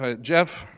Jeff